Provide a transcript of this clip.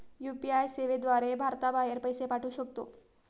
UPI सेवेद्वारे भारताबाहेर पैसे पाठवू शकतो